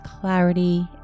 clarity